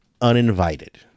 Uninvited